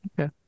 Okay